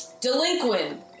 delinquent